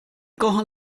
kochen